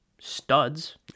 studs